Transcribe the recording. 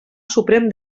suprem